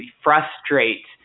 frustrate